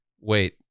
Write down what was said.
wait